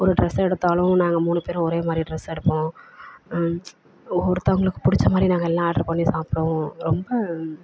ஒரு ட்ரெஸ்ஸு எடுத்தாலும் நாங்கள் மூணு பேரும் ஒரே மாதிரி ட்ரெஸ் எடுப்போம் ஒருத்தங்களுக்கு பிடிச்ச மாதிரி நாங்கள் எல்லா ஆட்ரு பண்ணி சாப்பிடுவோம் ரொம்ப